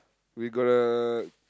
we gotta